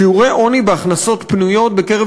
שיעורי העוני בהכנסות פנויות בקרב